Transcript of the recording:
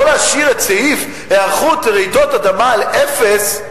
להשאיר את הסעיף להיערכות רעידות אדמה על אפס,